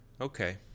Okay